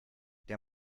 der